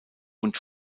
und